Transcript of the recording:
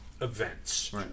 events